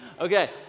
Okay